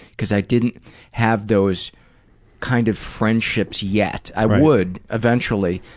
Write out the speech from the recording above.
because i didn't have those kind of friendships yet. i would eventually,